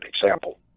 example